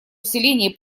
усилении